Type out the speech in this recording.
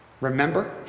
remember